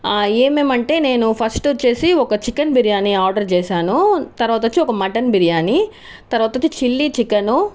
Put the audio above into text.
ఏమేమి అంటే నేను ఫస్ట్ వచ్చి ఒక చికెన్ బిర్యానీ ఆర్డర్ చేశాను తర్వాత వచ్చి ఒక మటన్ బిర్యానీ తర్వాత వచ్చి చిల్లీ చికెన్